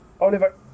Oliver